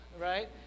right